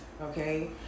okay